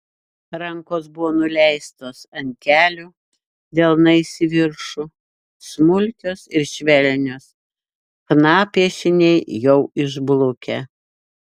rankos buvo nuleistos ant kelių delnais į viršų smulkios ir švelnios chna piešiniai jau išblukę